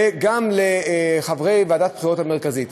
וגם לחברי ועדת הבחירות המרכזית.